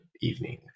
evening